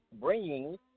bringing